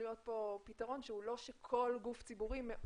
להיות כאן פתרון שהוא לא שכל גוף ציבורי ידווח.